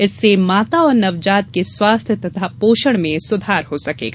इससे माता एवं नवजात के स्वास्थ्य एवं पोषण में सुधार हो सकेगा